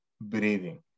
breathing